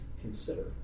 consider